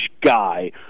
guy